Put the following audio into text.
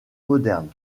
moderne